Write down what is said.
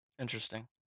Interesting